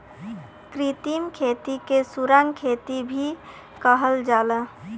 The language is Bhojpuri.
कृत्रिम खेती के सुरंग खेती भी कहल जाला